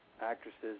actresses